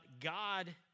God